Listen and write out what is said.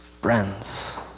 Friends